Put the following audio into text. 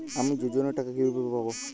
আমি যোজনার টাকা কিভাবে পাবো?